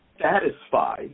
satisfy